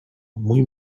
mój